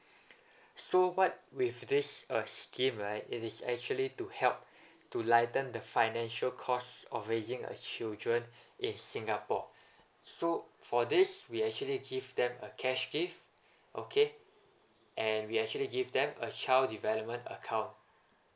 so what with this uh scheme right it is actually to help to lighten the financial cost of raising a children in singapore so for this we actually give them a cash gift okay and we actually give them a child development account